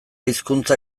hizkuntza